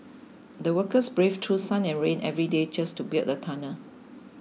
the workers braved through sun and rain every day just to build the tunnel